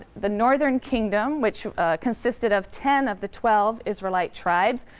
the northern kingdom, which consisted of ten of the twelve israelite tribes,